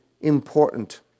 important